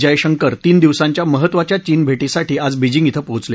जयशंकर तीन दिवसांच्या महत्त्वाच्या चीन भेटीसाठी आज बीजिंग येथे पोहोचले